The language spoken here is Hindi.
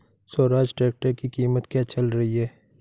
स्वराज ट्रैक्टर की कीमत क्या चल रही है?